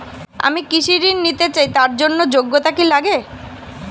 আমি কৃষি ঋণ নিতে চাই তার জন্য যোগ্যতা কি লাগে?